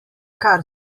kar